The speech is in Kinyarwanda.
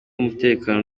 umutekano